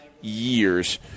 years